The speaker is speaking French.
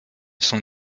sont